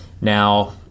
Now